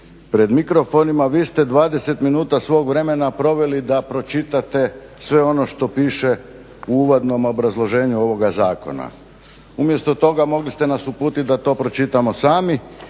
pred mikrofonima vi ste 20 minuta svog vremena proveli da pročitate sve ono što piše u uvodnom obrazloženju ovoga zakona. umjesto toga mogli ste nas uputiti da to pročitamo sami.